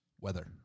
weather